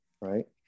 right